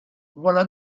voilà